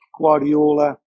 Guardiola